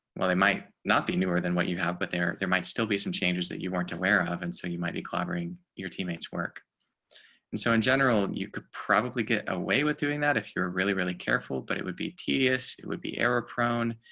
well, they might not be newer than what you have. but there, there might still be some changes that you weren't aware of. and so you might be clobbering your teammates work. jeff terrell and so in general, and you could probably get away with doing that if you're really, really careful. but it would be tedious. it would be error prone,